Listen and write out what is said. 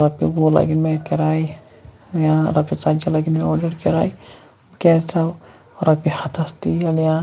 رۄپیہِ وُہ لَگن مےٚ کِرایہِ یا رۄپیہِ ژَتجِہہ لَگَن مےٚ کِرایہِ بہٕ کیازِ تراوٕ رۄپیہِ ہَتس تیٖل یا